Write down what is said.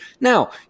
Now